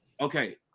Okay